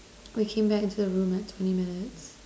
we came back into the room at twenty minutes